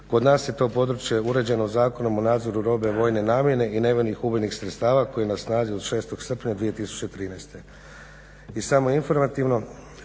Kod nas je to područje uređeno Zakonom o nadzoru robe vojne namjene i nevojnih ubojnih sredstava koji je na snazi od 6. srpnja 2013.